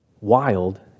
wild